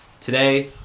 Today